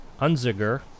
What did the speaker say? Unziger